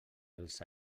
els